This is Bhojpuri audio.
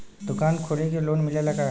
दुकान खोले के लोन मिलेला का?